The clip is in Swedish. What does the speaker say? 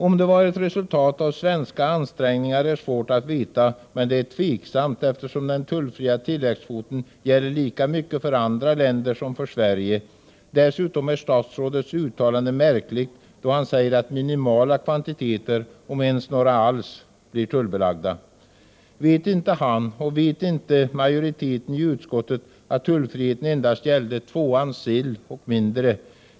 Om det var ett resultat av svenska ansträngningar är svårt att veta, men det är tveksamt eftersom den tullfria tilläggskvoten gäller lika mycket för andra länder som för Sverige. Dessutom är statsrådets uttalande märkligt, då han säger att minimala kvantiteter, om ens några alls, blir tullbelagda. Vet inte han och vet inte majoriteten i utskottet att tullfriheten endast gällde tvåans sill och mindre?